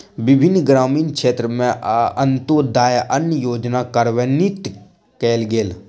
विभिन्न ग्रामीण क्षेत्र में अन्त्योदय अन्न योजना कार्यान्वित कयल गेल